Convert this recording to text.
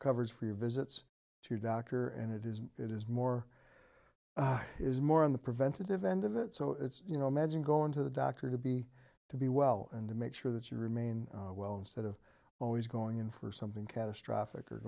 coverage for your visits to your doctor and it is it is more is more in the preventative end of it so it's you know imagine going to the doctor to be to be well and to make sure that you remain well instead of always going in for something catastrophic